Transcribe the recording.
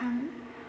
थां